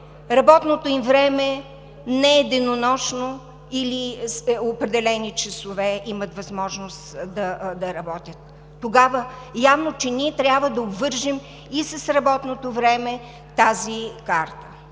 на тези аптеки не е денонощно или в определени часове имат възможност да работят. Явно, че ние трябва да обвържем и с работното време тази карта.